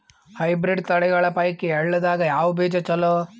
Hybrid ತಳಿಗಳ ಪೈಕಿ ಎಳ್ಳ ದಾಗ ಯಾವ ಬೀಜ ಚಲೋ?